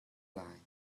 lai